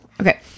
Okay